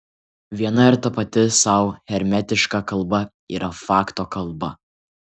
viena ir tapati sau hermetiška kalba yra fakto kalba